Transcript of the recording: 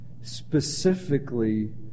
Specifically